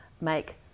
make